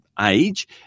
age